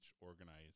organized